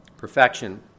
Perfection